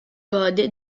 gode